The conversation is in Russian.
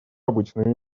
обычными